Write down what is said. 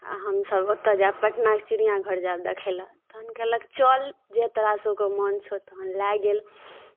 आ हमसभ ओतय जायब पटनाके चिड़ियाघर जायब देखय लेल तहन कहलक चल जे तोरासभकेँ मन छौ तहन लए गेल